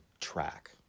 track